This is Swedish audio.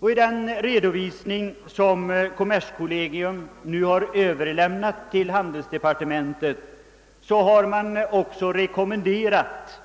I den redovisning som kommerskollegium har överlämnat till handelsdepartementet har man också rekommenderat